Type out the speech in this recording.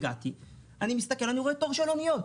הגעתי, אני מסתכל, אני רואה תור של אוניות.